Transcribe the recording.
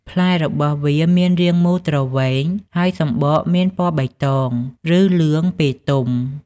ផ្លែរបស់វាមានរាងមូលទ្រវែង ហើយសម្បកមានពណ៌បៃតង ឬលឿងពេលទុំ។